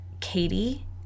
katie